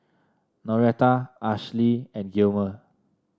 Noretta Ashli and Gilmer